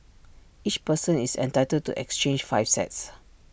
each person is entitled to exchange five sets